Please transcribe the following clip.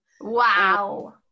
Wow